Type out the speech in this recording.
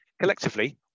Collectively